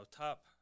top